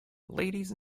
ladies